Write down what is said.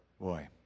Boy